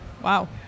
Wow